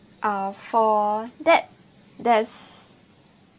uh for that there's